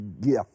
gift